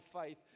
faith